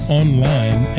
online